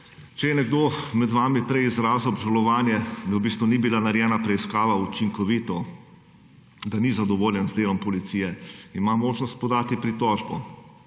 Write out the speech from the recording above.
Če je nekdo med vami prej izrazil obžalovanje, da v bistvu ni bila narejena preiskava učinkovito, da ni zadovoljen z delom policije ima možnost podati pritožbo.